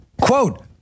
Quote